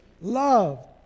love